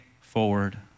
forward